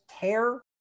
care